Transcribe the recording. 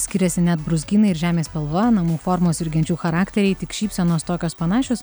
skiriasi net brūzgynai ir žemės spalva namų formos ir genčių charakteriai tik šypsenos tokios panašios